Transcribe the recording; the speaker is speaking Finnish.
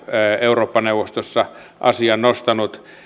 eurooppa neuvostossa asian nostanut